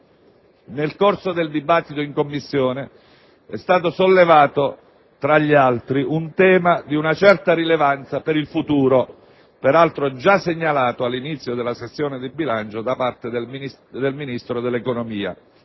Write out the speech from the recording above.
Nel corso del dibattito in Commissione è stato sollevato, tra gli altri, un tema di una certa rilevanza per il futuro, peraltro già segnalato all'inizio della sessione di bilancio da parte del Ministro dell'economia.